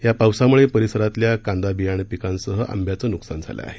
या पावसाम्रळे परिसरातल्या कांदा बियाणं पिकांसह आंब्याचे नुकसान झालं आहे